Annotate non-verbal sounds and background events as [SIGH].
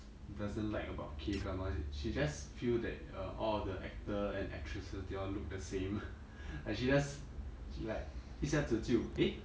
doesn't like about K drama is she just feel that uh all of the actor and actresses they all look the same [LAUGHS] and she just she like 一下子就 eh